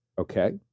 Okay